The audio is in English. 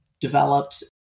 developed